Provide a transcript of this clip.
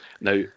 Now